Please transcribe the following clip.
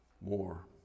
more